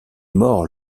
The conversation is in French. mort